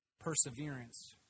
perseverance